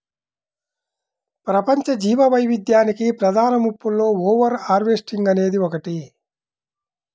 ప్రపంచ జీవవైవిధ్యానికి ప్రధాన ముప్పులలో ఓవర్ హార్వెస్టింగ్ అనేది ఒకటి